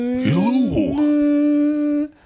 Hello